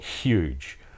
...huge